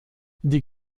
die